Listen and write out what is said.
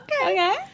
Okay